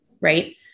right